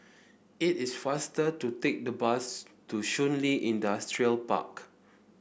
it is faster to take the bus to Shun Li Industrial Park